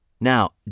Now